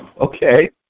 Okay